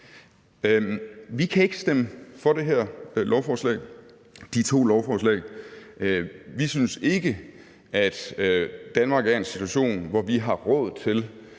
Vi kan ikke stemme for de to lovforslag. Vi synes ikke, at Danmark er i en situation, hvor vi har råd til